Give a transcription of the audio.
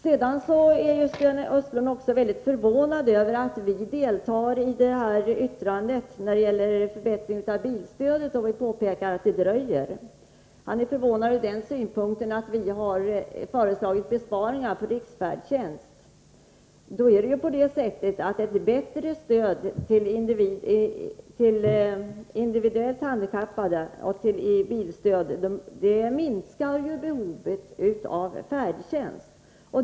Sedan är Sten Östlund förvånad över att vi avgivit ett särskilt yttrande när det gäller förbättring av bilstödet. Vi påpekar att den dröjer. Sten Östlund är förvånad ur den synpunkten att vi föreslagit besparingar på riksfärdtjänsten. Ett bättre individuellt stöd till handikappade och individuellt bilstöd minskar behovet av färdtjänsten.